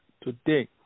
today